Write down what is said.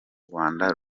rwanda